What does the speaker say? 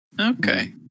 Okay